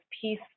peace